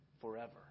forever